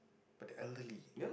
but the elderly